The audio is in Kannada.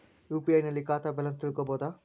ಯು.ಪಿ.ಐ ನಲ್ಲಿ ಖಾತಾ ಬ್ಯಾಲೆನ್ಸ್ ತಿಳಕೊ ಬಹುದಾ?